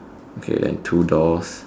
okay then two doors